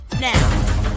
now